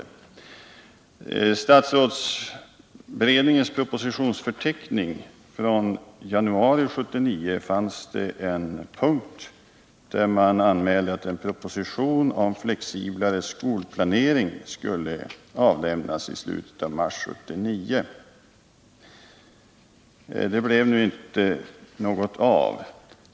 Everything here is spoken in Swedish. I statsrådsberedningens propositionsförteckning från januari 1979 anmäldes att en proposition om flexiblare skolplanering skulle avlämnas i slutet av mars 1979. Det blev nu inte något av detta.